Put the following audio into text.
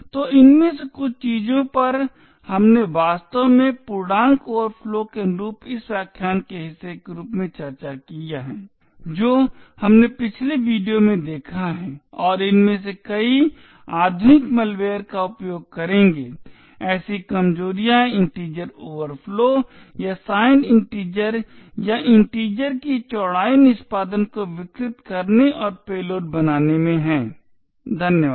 तो इनमें से कुछ चीजों पर हमने वास्तव में पूर्णांक ओवरफ्लो के अनुरूप इस व्याख्यान के हिस्से के रूप में चर्चा की है जो हमने पिछले वीडियो में देखा है और इनमें से कई आधुनिक मैलवेयर का उपयोग करेंगे ऐसी कमजोरियां इन्टिजर ओवरफ्लो या साइंड इन्टिजर या इन्टिजर की चौड़ाई निष्पादन को विकृत करने और पेलोड बनाने में धन्यवाद